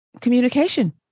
communication